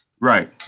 Right